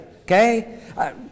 okay